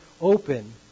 open